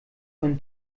von